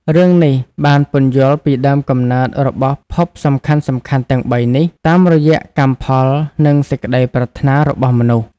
រឿងនេះបានពន្យល់ពីដើមកំណើតរបស់ភពសំខាន់ៗទាំងបីនេះ តាមរយៈកម្មផល និងសេចក្តីប្រាថ្នារបស់មនុស្ស។